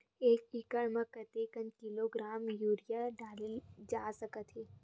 एक एकड़ म कतेक किलोग्राम यूरिया डाले जा सकत हे?